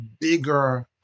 bigger